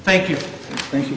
thank you thank you